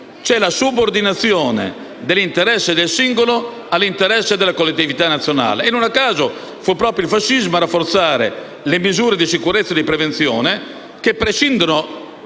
c'è la subordinazione dell'interesse del singolo all'interesse della collettività nazionale. E non a caso fu proprio il fascismo a rafforzare le misure di sicurezza e di prevenzione, che prescindono